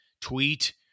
tweet